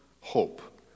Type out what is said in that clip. hope